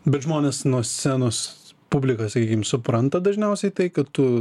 bet žmonės nuo scenos publikos sakykim supranta dažniausiai tai kad tu